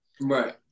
Right